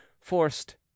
forced